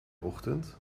ochtend